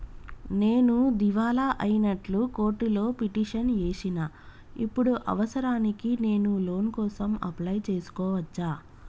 నేను దివాలా అయినట్లు కోర్టులో పిటిషన్ ఏశిన ఇప్పుడు అవసరానికి నేను లోన్ కోసం అప్లయ్ చేస్కోవచ్చా?